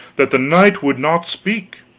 that the knight would not speak.